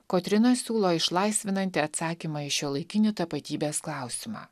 kotryna siūlo išlaisvinantį atsakymą į šiuolaikinį tapatybės klausimą